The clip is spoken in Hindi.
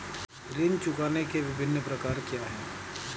ऋण चुकाने के विभिन्न प्रकार क्या हैं?